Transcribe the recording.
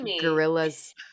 gorillas